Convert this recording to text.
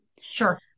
sure